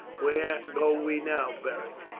where go we now, beric?